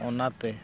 ᱚᱱᱟᱛᱮ